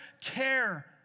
care